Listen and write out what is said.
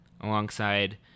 alongside